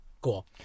Cool